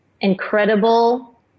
incredible